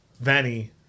Vanny